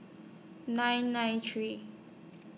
nine nine three